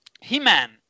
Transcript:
He-Man